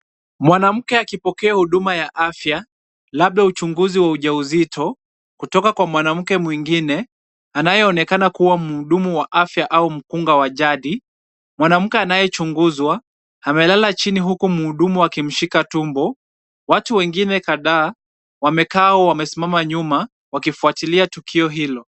Mwanamke akipokea huduma ya afya labda uchunguzi wa ujauzito, kutoka kwa mwanamke mwingine, anayeonekana kuwa mhudumu wa afya au mkunga wa jadi. Mwanamke anayechunguzwa amelala chini huku mhudumu akimshika tumbo. Watu wengine kadhaa wamekaa au wamesimama wakifuatilia tukio hilo.